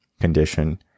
condition